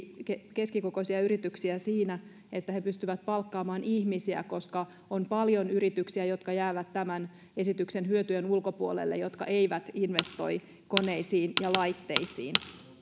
keskikokoisia yrityksiä siinä että ne pystyvät palkkaamaan ihmisiä koska on paljon yrityksiä jotka jäävät tämän esityksen hyötyjen ulkopuolelle ja jotka eivät investoi koneisiin ja laitteisiin